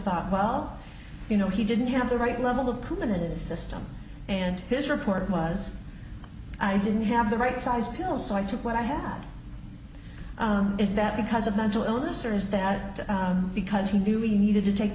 thought well you know he didn't have the right level of committed system and his report was i didn't have the right sized pill so i took what i had is that because of mental illness or is that because he knew he needed to take